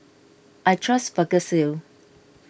I trust Vagisil